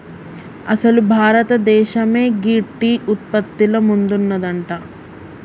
అసలు భారతదేసమే గీ టీ ఉత్పత్తిల ముందున్నదంట